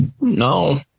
No